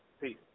Peace